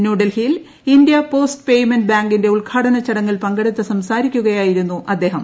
ന്യൂഡെൽഹിയിൽ India post payments ബാങ്കിന്റെ ഉദ്ഘാടന ചടങ്ങിൽ പങ്കെടുത്ത് സംസാരിക്കുകയായിരുന്നു അദ്ദേഹം